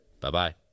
Bye-bye